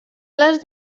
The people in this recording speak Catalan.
les